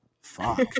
Fuck